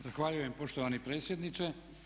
Zahvaljujem poštovani predsjedniče.